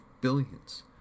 billions